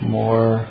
more